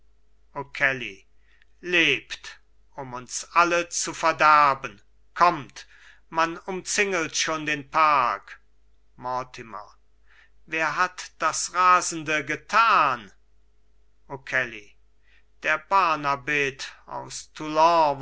lebt um uns alle zu verderben kommt man umzingelt schon den park mortimer wer hat das rasende getan okelly der barnabit aus